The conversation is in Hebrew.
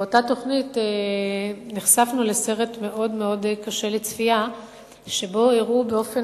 באותה תוכנית נחשפנו לסרט מאוד קשה לצפייה שבו הראו באופן